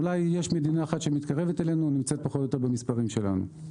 אולי יש מדינה אחת שמתקרבת אלינו והיא נמצאת פחות או יותר במספרים שלנו.